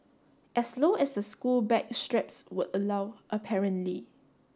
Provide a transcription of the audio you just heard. as low as the school bag straps would allow apparently